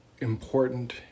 important